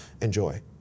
enjoy